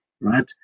right